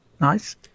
Nice